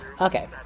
Okay